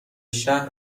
شهر